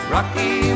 Rocky